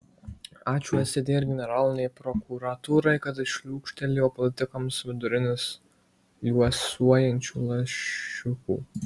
ačiū stt ir generalinei prokuratūrai kad šliūkštelėjo politikams vidurius liuosuojančių lašiukų